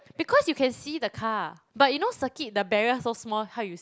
because you can see the car but you know circuit the barrier so small how you s~